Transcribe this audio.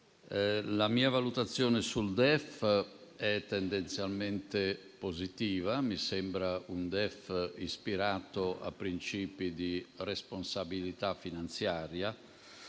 La mia valutazione sul DEF è tendenzialmente positiva: mi sembra ispirato a principi di responsabilità finanziaria.